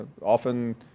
often